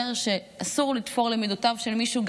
שאומר שאסור לתפור דבר למידותיו של מישהו,